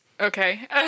okay